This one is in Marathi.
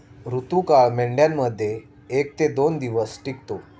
ऋतुकाळ मेंढ्यांमध्ये एक ते दोन दिवस टिकतो